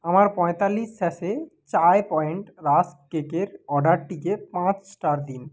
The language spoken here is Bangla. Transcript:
আমার পঁয়তাল্লিশ স্যাশে চায় পয়েন্ট রাস্ক কেকের অর্ডারটিকে পাঁচ স্টার দিন